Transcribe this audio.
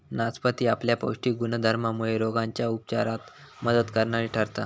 नासपती आपल्या पौष्टिक गुणधर्मामुळे रोगांच्या उपचारात मदत करणारी ठरता